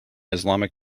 islamic